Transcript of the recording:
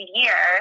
year